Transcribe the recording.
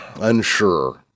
unsure